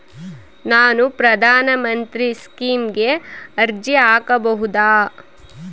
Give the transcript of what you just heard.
ನಾನು ಪ್ರಧಾನ ಮಂತ್ರಿ ಸ್ಕೇಮಿಗೆ ಅರ್ಜಿ ಹಾಕಬಹುದಾ?